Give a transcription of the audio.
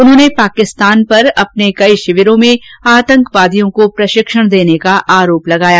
उन्होंने पाकिस्तान पर अपने कई शिविरों में आतंकवादियों को प्रशिक्षण देने का आरोप लगाया